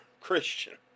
christian